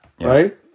right